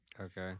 Okay